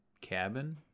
cabin